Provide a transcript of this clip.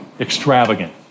extravagant